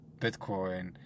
Bitcoin